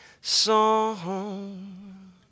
song